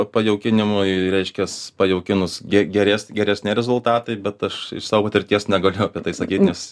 pajaukinimui reiškias pajaukinus ge gerės geresni rezultatai bet aš iš savo patirties negaliu apie tai sakyt nes